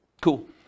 Cool